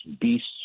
beasts